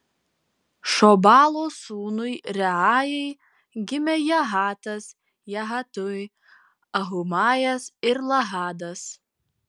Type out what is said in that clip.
šobalo sūnui reajai gimė jahatas jahatui ahumajas ir lahadas